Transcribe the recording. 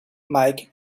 mike